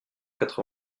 quatre